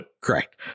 Correct